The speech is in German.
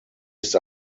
ist